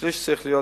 ושליש צריך להיות